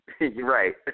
Right